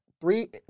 three